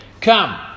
come